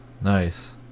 Nice